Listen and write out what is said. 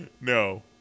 no